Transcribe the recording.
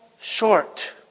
short